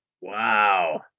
Wow